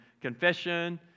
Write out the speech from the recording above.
confession